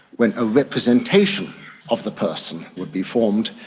when a representation of the person would be formed,